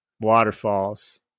Waterfalls